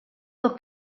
pour